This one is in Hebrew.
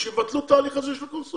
אז שיבטלו את ההליך הזה של הקונסוליה.